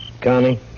Connie